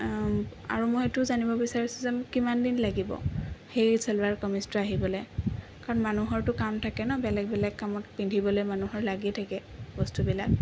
আৰু মই সেইটোও জানিব বিচাৰিছোঁ যে মোক কিমান দিন লাগিব সেই চেলোৱাৰ কামিজটো আহিবলৈ কাৰণ মানুহৰটো কাম থাকে ন বেলেগ বেলেগ কামত পিন্ধিবলৈ মানুহৰ লাগি থাকে বস্তুবিলাক